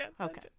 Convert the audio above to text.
Okay